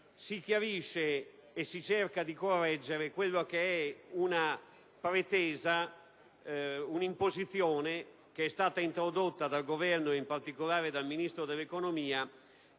si chiarisce e si cerca di correggere quella che è una pretesa, una imposizione introdotta impropriamente dal Governo e in particolare dal Ministro dell'economia.